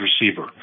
receiver